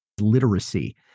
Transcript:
literacy